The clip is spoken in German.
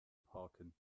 parken